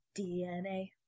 dNA